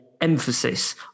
Emphasis